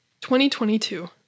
2022